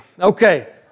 Okay